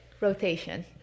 rotation